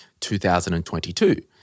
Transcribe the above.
2022